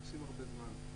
נוסעים הרבה זמן,